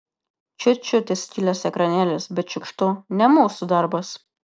čiut čiut įskilęs ekranėlis bet šiukštu ne mūsų darbas